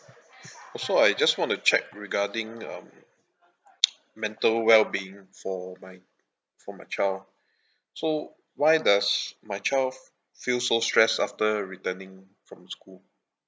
also I just want to check regarding um mental wellbeing for my for my child so why does my child f~ feel so stressed after returning from school